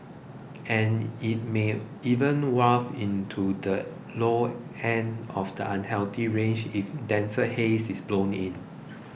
and it may even waft into the low end of the unhealthy range if denser haze is blown in